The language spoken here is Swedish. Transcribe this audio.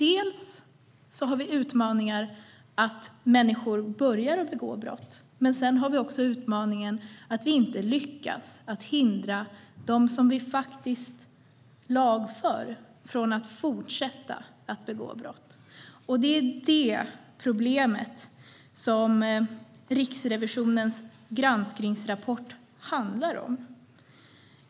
En av dem är att människor över huvud taget börjar begå brott och en annan att vi inte lyckas hindra dem som vi lagför från att fortsätta att begå brott. Det är det problemet som Riksrevisionens granskningsrapport handlar om.